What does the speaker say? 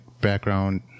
background